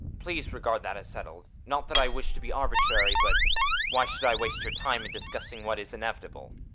please regard that as settled not that i wish to be arbitrary but why should i waste your time in discussing what is inevitable?